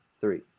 three